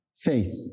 faith